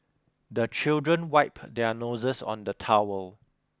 the children wipe their noses on the towel